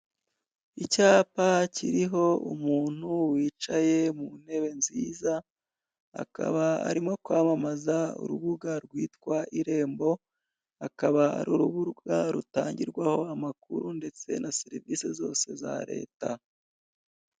Icyapa kiriho umuntu wicaye mu ntebe nziza, akaba arimo kwamamaza urubuga rwitwa Irembo akaba ari urubuga rutangirwaho amakuru ndetse na serivisi zose za Leta.